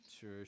Sure